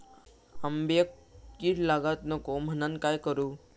आंब्यक कीड लागाक नको म्हनान काय करू?